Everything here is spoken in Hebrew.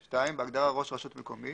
(תיקון),